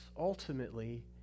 ultimately